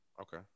Okay